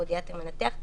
פודיאטר מנתח,